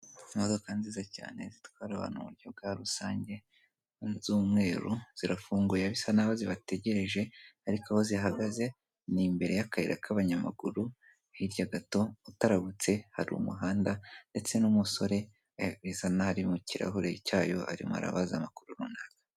Imodoka nziza cyane zitwara abantu mu buryo bwa rusange z'umweru, zirafunguye bisa n'aho zibategereje ariko aho zihagaze ni imbere y'akayira k'abanyamaguru, hirya gato utarabutse hari umuhanda ndetse n'umusore bisa n'aho ari mu kirahure cyayo, arimo arabaza amakuru runaka.